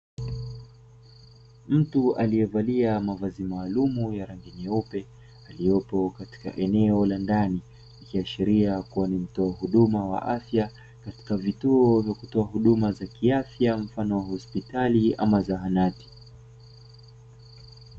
Mtu alievalia mavazi maalumu ya rangi nyeupe aliopo katika eneo la ndani, ikiashiria kuwa ni mtoa huduma wa afya katika vituo vya kutoa huduma za kiafya mfano hospitali ama zahanati.